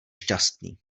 šťastný